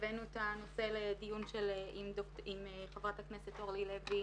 כשהבאנו את הנושא לדיון עם חברת הכנסת אורלי לוי,